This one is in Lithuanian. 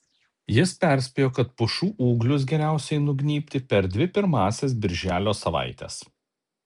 jis perspėjo kad pušų ūglius geriausiai nugnybti per dvi pirmąsias birželio savaites